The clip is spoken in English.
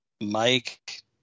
Mike